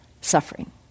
suffering